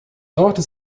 sorte